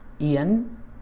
ian